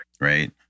Right